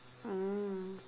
mm